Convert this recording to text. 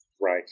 Right